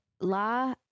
la